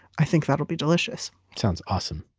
i think that'll be delicious sounds awesome,